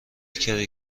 کرایه